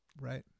Right